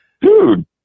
dude